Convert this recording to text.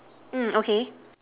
mm okay